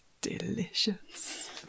delicious